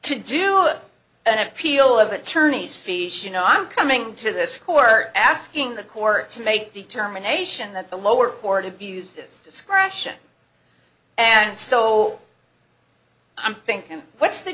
to do it and appeal of attorney's fees you know i'm coming to this court asking the court to make determination that the lower court to be used is discretion and so i'm thinking what's the